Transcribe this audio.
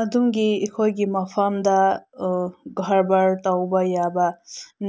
ꯑꯗꯣꯝꯒꯤ ꯑꯩꯈꯣꯏꯒꯤ ꯃꯐꯝꯗ ꯀꯔꯕꯥꯔ ꯇꯧꯕ ꯌꯥꯕ